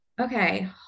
Okay